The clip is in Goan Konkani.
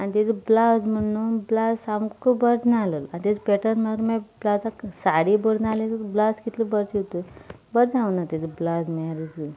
आनी ताजो ब्लावज म्हणून न्हय ब्लावज सामको बरो नाशिल्लो आनी ताजो पेटर्न म्हूण न्हय ब्लावजाक साडी बरी ना आनी ब्लावज कितें बरी शिंवतलीं बरो जावंक ना तांचो ब्लावज